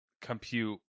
compute